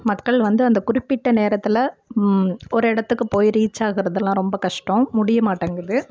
மக்கள் வந்து அந்த குறிப்பிட்ட நேரத்தில் ஒரு இடத்துக்கு போய் ரீச் ஆகிறதுலாம் ரொம்ப கஷ்டம் முடியமாட்டேங்குது